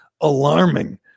alarming